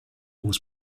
was